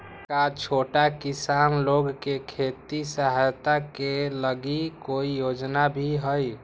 का छोटा किसान लोग के खेती सहायता के लगी कोई योजना भी हई?